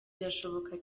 birashoboka